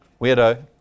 Weirdo